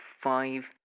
five